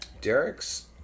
Derek's